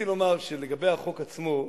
לגבי החוק עצמו,